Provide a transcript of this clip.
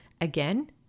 Again